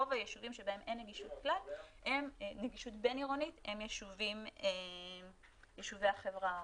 רוב היישובים שבהם אין נגישות בין-עירונית הם יישובי החברה הערבית,